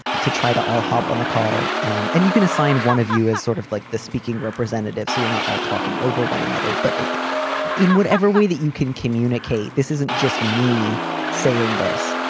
to try to all hop on the call um and you can assign one of you is sort of like the speaking representative. so you're not all talking over one another, but in whatever way that you can communicate. this isn't just me saying this.